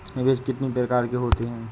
निवेश कितनी प्रकार के होते हैं?